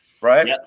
Right